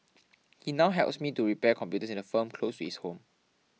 he now helps me to repair computers in a firm close to his home